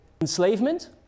enslavement